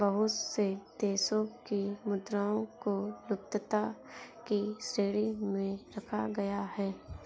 बहुत से देशों की मुद्राओं को लुप्तता की श्रेणी में रखा गया है